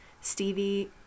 stevie